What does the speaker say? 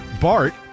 Bart